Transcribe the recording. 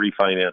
refinance